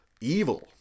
evil